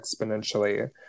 exponentially